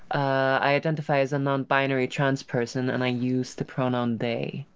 i identify as a non binary trans person and i use the pronoun! they!